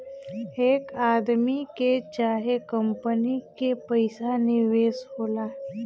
एक आदमी के चाहे कंपनी के पइसा निवेश होला